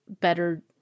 better